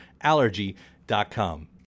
allergy.com